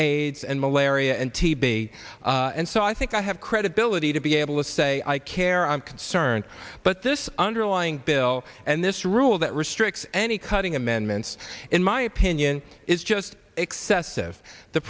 aids and malaria and tb and so i think i have credibility to be able to say i care i'm concerned but this underlying bill and this rule that restricts any cutting amendments in my opinion is just excessive the